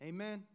Amen